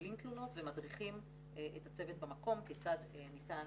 מקבלים תלונות ומדריכים את הצוות במקום כיצד ניתן